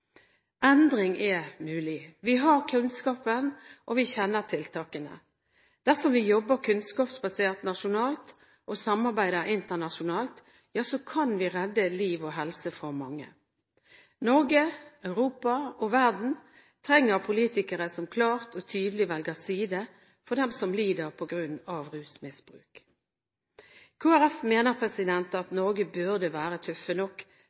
Endring er mulig. Vi har kunnskapen, og vi kjenner tiltakene. Dersom vi jobber kunnskapsbasert nasjonalt og samarbeider internasjonalt, kan vi redde liv og helse for mange. Norge, Europa og verden trenger politikere som klart og tydelig velger side for dem som lider på grunn av rusmiddelmisbruk. Kristelig Folkeparti mener at Norge burde være tøff nok